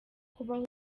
kubaho